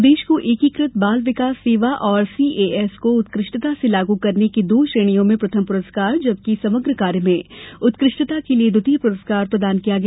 प्रदेश को एकीकृत बाल विकास सेवा और सीएएस को उत्कृष्टता से लागू करने की दो श्रेणियों में प्रथम पुरस्कार जबकि समग्र कार्य में उत्कृष्टता के लिए द्वितीय पुरस्कार प्रदान किया गया